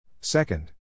Second